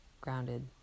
grounded